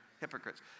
hypocrites